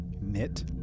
Knit